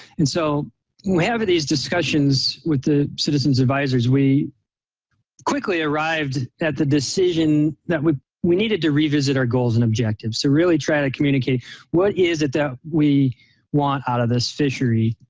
and so we have these discussions with the citizens advisers. we quickly arrived at the decision that we we needed to revisit our goals and objectives. so really try to communicate what is it that we want out of this fishery.